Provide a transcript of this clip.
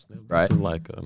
Right